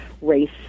race